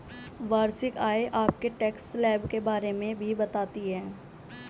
वार्षिक आय आपके टैक्स स्लैब के बारे में भी बताती है